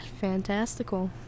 Fantastical